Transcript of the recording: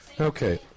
Okay